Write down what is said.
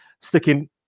sticking